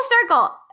circle